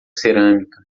cerâmica